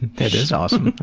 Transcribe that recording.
that is awesome!